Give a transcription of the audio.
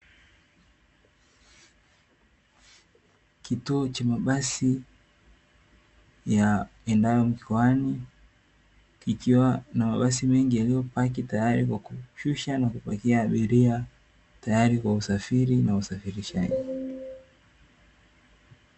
Kituo cha mabasi yaendayo mkoani, kikiwa na mabasi mengi yaliyopaki tayari kwa kushusha na kupakia abiria, tayari kwa usafiri na usafirishaji.